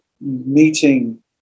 meeting